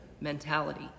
mentality